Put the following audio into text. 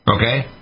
okay